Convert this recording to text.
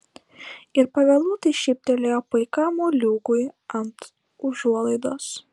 ir pavėluotai šyptelėjo paikam moliūgui ant užuolaidos